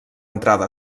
entrada